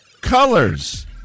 Colors